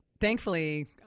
thankfully